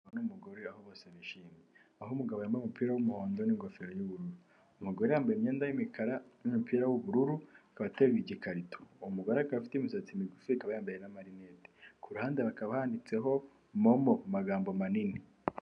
Umugabo n'umugore aho bose bishimye, aho umugabo yambaye umupira w'umuhondo n'ingofero y'ubururu, umugore yambaye imyenda y'umukara n'umupira w'ubururu, akaba ateruye igikarito, umugore akaba afite imisatsi migufi, akaba yambaye n'amarinete, ku ruhande hakaba handitseho MoMo mu magambo manini.